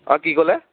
অঁ কি ক'লে